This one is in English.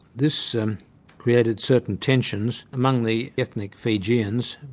this um created certain tensions among the ethnic fijians,